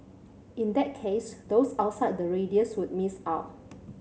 in that case those outside the radius would miss out